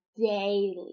daily